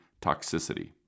toxicity